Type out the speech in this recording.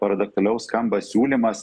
paradoksaliau skamba siūlymas